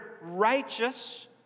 righteous